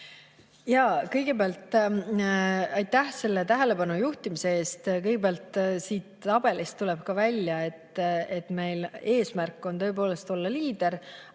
Kõigepealt aitäh selle tähelepanu juhtimise eest! Siit tabelist tuleb ka välja, et meie eesmärk on tõepoolest olla liider,